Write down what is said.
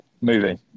Movie